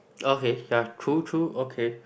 okay yeah cool cool okay